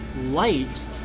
light